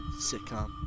sitcom